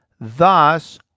thus